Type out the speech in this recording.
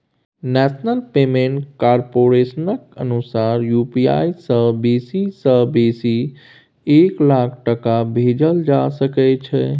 national payment कारपोरेशनक अनुसार UPI सँ बेसी सँ बेसी एक लाख टका भेजल जा सकै छै